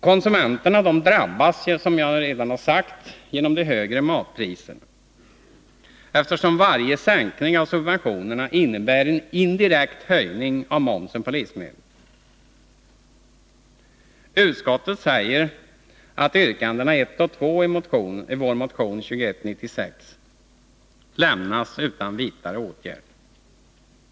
Konsumenterna drabbas genom högre matpriser, eftersom varje sänkning av subventionerna innebär en indirekt höjning av momsen på livsmedel. Utskottet säger att yrkandena 1 och 2 i vår motion 2196 lämnas utan vidare åtgärd.